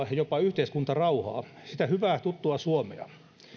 ja jopa yhteiskuntarauhaa sitä hyvää tuttua suomea